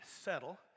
settle